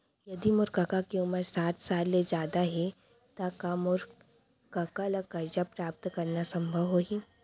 यदि मोर कका के उमर साठ साल ले जादा हे त का मोर कका ला कर्जा प्राप्त करना संभव होही